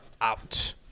out